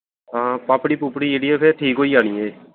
पापड़ी पूपड़ी जेह्ड़ी ऐ फिर ठीक होई जानी ऐ